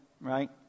right